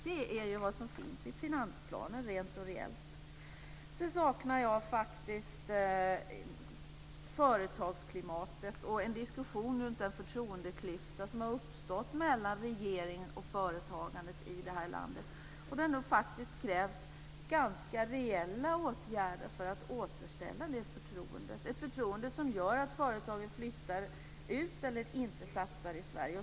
Detta är vad finansplanen reellt innehåller. Vidare saknar jag något om företagsklimatet och en diskussion om den förtroendeklyfta som har uppstått mellan regeringen och företagandet i vårt land. Det krävs faktiskt ganska rejäla åtgärder för att återställa förtroendet. I annat fall kommer företag att flytta ut från eller låta bli att satsa i Sverige.